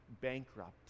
bankrupt